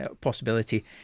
possibility